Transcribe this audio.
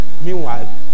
Meanwhile